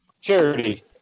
Charity